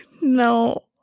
No